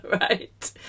Right